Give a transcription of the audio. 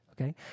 okay